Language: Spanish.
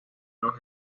los